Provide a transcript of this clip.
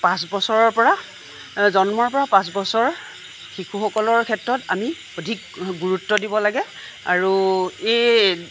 পাঁচ বছৰৰ পৰা জন্মৰ পৰা পাঁচ বছৰ শিশু সকলৰ ক্ষেত্ৰত আমি অধিক গুৰুত্ব দিব লাগে আৰু এই